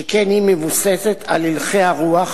שכן היא מבוססת על הלכי הרוח